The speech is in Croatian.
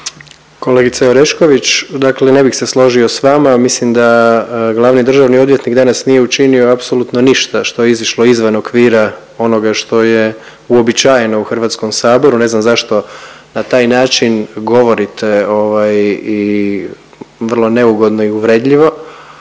Kolegice Orešković dakle ne bih se složio sa vama. Mislim da glavni državni odvjetnik danas nije učinio apsolutno ništa što je izišlo iz okvira onoga što je uobičajeno u Hrvatskom saboru. Ne znam zašto na taj način govorite i vrlo neugodno i uvredljivo,